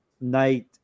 night